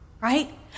right